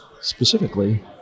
specifically